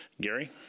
Gary